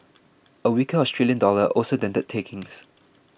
a weaker Australian dollar also dented takings